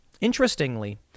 Interestingly